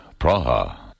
Praha